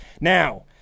now